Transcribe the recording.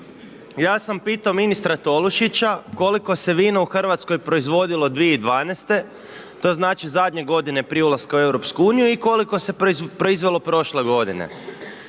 ja sam pitao ministra Tolušića, koliko se vino proizvodilo u Hrvatskoj 2012. to znači zadnje g. prije ulaska u EU i koliko se proizvodi prošle godine.